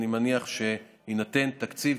אני מניח שיינתן תקציב,